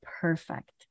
perfect